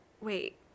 wait